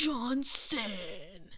Johnson